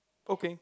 okay